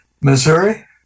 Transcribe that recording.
Missouri